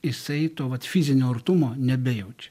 jisai to vat fizinio artumo nebejaučia